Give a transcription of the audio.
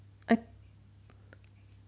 I